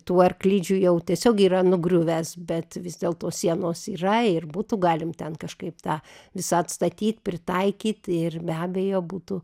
tų arklidžių jau tiesiog yra nugriuvęs bet vis dėlto sienos yra ir būtų galim ten kažkaip tą visą atstatyt pritaikyt ir be abejo būtų